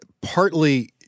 partly –